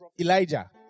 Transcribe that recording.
Elijah